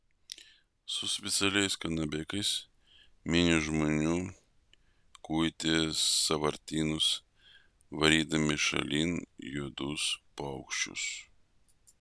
su specialiais kanabėkais minios žmonių kuitė sąvartynus varydami šalin juodus paukščius